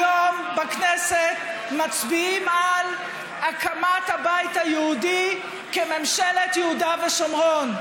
היום בכנסת מצביעים על הקמת הבית היהודי כממשלת יהודה ושומרון,